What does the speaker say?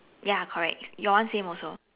ya correct your one same also